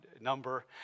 number